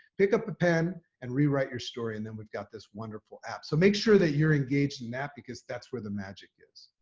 pick up a pen and rewrite your story. and then we've got this wonderful app. so make sure that you're engaged and that because that's where the magic is.